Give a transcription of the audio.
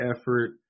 effort